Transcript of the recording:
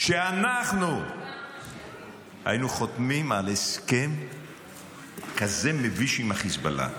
שאנחנו היינו חותמים על הסכם כזה מביש עם החיזבאללה.